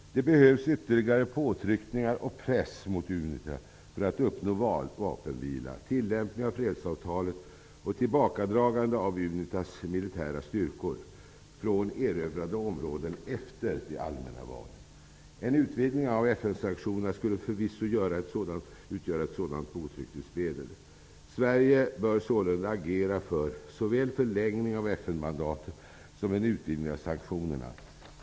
Det behövs ytterligare påtryckningar och press mot Unita för att uppnå vapenvila, tillämpning av fredsavtalet och tillbakadragande av Unitas militära styrkor från områden som erövrats efter de allmänna valen. En utvidgning av FN-sanktionerna skulle förvisso utgöra ett sådant påtryckningsmedel. Sverige bör sålunda agera för såväl förlängning av FN-mandatet som en utvidgning av sanktionerna.